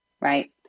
Right